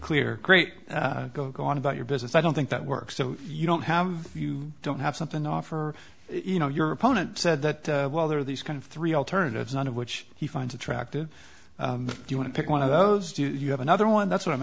clear great go go on about your business i don't think that works so you don't have you don't have something to offer you know your opponent said that while there are these kind of three alternatives none of which he finds attractive you want to pick one of those do you have another one that's what i'm